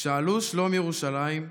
שאלו שלום ירושלים,